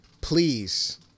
please